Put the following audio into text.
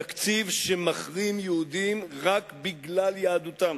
תקציב שמחרים יהודים רק בגלל יהדותם.